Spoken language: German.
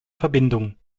verbindung